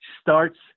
starts